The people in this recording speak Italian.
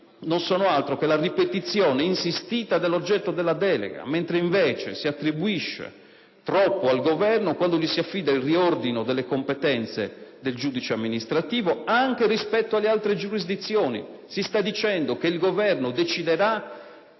non sono altro che la ripetizione insistita dell'oggetto della delega, mentre invece si attribuisce troppo al Governo quando gli si affida il riordino delle competenze del giudice amministrativo, anche rispetto alle altre giurisdizioni. Si sta dicendo cioè che il Governo stabilirà